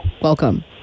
Welcome